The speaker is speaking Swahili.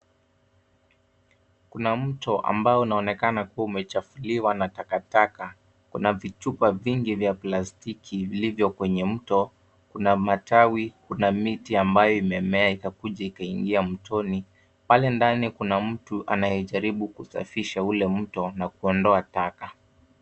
Kuna mto ambao unaonekana kuwa umechafuliwa na takataka. Kuna vichupa vingi vya plastiki, vilivyo kwenye mto. Kuna matawi, kuna miti ambayo imemea ikakuja ikaingia mtoni. Pale ndani kuna mtu anayejaribu kusafisha ule mto, na kuondoa taka.